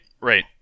right